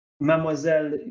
Mademoiselle